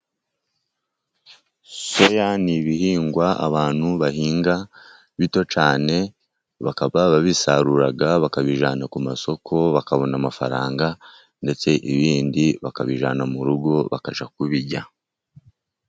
Soya n'ibihingwa abantu bahinga bito cyane, bakaba babisarura bakabijyana ku masoko, bakabona amafaranga ndetse ibindi bakabijyana mu rugo bakajya kubirya.